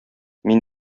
мин